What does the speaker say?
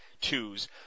twos